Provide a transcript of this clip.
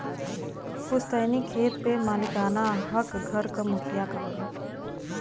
पुस्तैनी खेत पे मालिकाना हक घर क मुखिया क होला